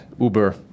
Uber